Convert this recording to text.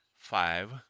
five